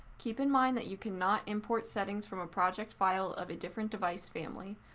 keep in mind that you cannot import settings from a project file of a different device family.